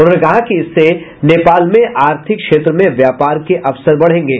उन्होंने कहा कि इससे नेपाल में आर्थिक क्षेत्र में व्यापार के अवसर बढ़ेंगे